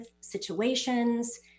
situations